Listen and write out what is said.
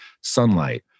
sunlight